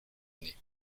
année